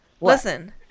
listen